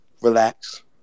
relax